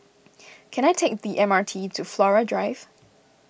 can I take the M R T to Flora Drive